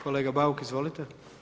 Kolega Bauk, izvolite.